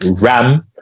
ram